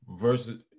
versus